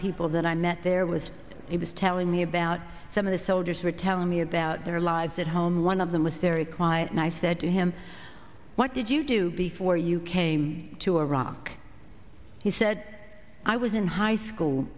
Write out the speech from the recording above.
people that i met there was he was telling me about some of the soldiers were telling me about their lives at home one of them was very quiet and i said to him what did you do before you came to iraq he said i was in high school